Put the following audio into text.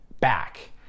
back